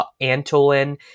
Antolin